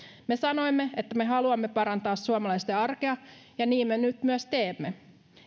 me sanoimme että me haluamme parantaa suomalaisten arkea ja niin me nyt myös teemme